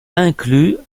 inclus